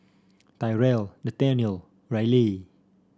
Tyrel Nathaniel Ryleigh